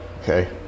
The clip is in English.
Okay